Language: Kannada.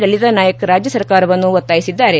ಲಲಿತಾ ನಾಯಕ್ ರಾಜ್ಯ ಸರ್ಕಾರವನ್ನು ಒತ್ತಾಯಿಸಿದ್ದಾರೆ